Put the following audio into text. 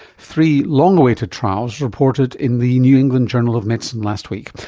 three long awaited trials reported in the new england journal of medicine last week.